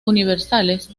universales